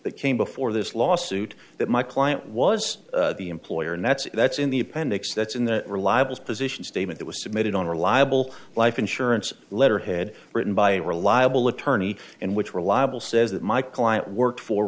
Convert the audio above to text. that came before this lawsuit that my client was the employer and that's that's in the appendix that's in the reliables position statement that was submitted on reliable life insurance letterhead written by a reliable attorney and which reliable says that my client work for